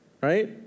right